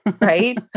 Right